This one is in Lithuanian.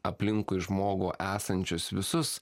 aplinkui žmogų esančius visus